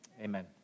amen